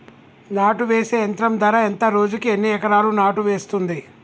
నాటు వేసే యంత్రం ధర ఎంత రోజుకి ఎన్ని ఎకరాలు నాటు వేస్తుంది?